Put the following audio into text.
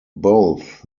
both